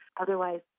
Otherwise